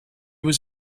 was